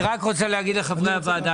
אני רק רוצה להגיד לחברי הוועדה,